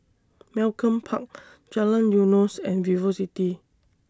Malcolm Park Jalan Eunos and Vivocity